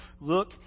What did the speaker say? Look